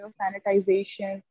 sanitization